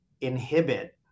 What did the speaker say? inhibit